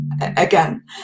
again